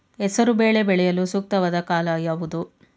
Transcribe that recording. ಹೆಸರು ಬೇಳೆ ಬೆಳೆಯಲು ಸೂಕ್ತವಾದ ಕಾಲ ಯಾವುದು?